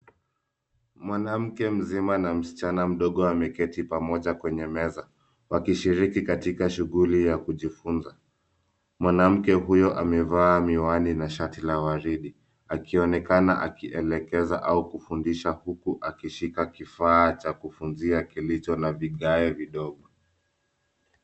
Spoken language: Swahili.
Mwanamke mzima na msichana mdogo wameketi pamoja kwenye meza wakishiriki katika shuguli ya kujifunza. Manamke huyo amevaa miwani na shati la waridi akionekana akielekeza au kufundisha huku akishika kifaa cha kufunzia kilicho na vigae vidogo.